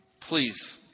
Please